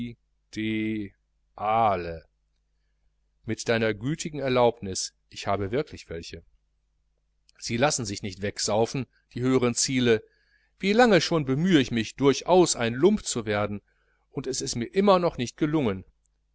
mit deiner gütigen erlaubnis ich habe wirklich welche sie lassen sich nicht wegsaufen die höheren ziele wie lange schon bemüh ich mich durchaus ein lump zu werden und es ist mir immer noch nicht gelungen